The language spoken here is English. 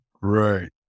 Right